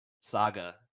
saga